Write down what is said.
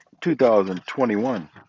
2021